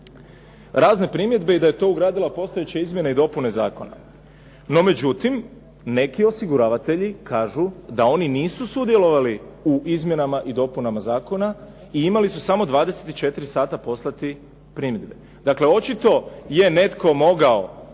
razne primjedbe i da je u to ugradila postojeće izmjene i dopune zakona. No međutim, neki osiguravatelji kažu da oni nisu sudjelovali u izmjenama i dopunama zakona i imali su samo 24 sata poslati primjedbe. Dakle očito je netko mogao